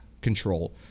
control